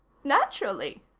naturally,